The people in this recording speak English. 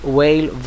Whale